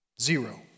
Zero